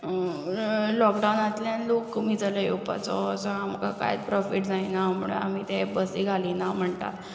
लॉकडावनांतल्यान लोक कमी जाला येवपाचो सो आमकां कांयच प्रॉफिट जायना म्हणून आमी ते बसी घालिना म्हणटा